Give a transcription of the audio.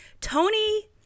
Tony